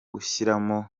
gushyiramo